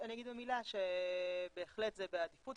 אני אגיד במילה שבהחלט זה בעדיפות,